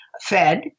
fed